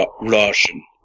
Russian